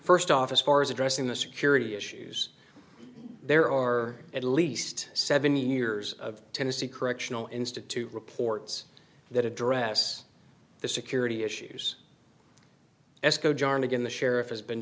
first officer corps addressing the security issues there are at least seven years of tennessee correctional institute reports that address the security issues escobar and again the sheriff has been